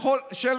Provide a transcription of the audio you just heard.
של